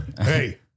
hey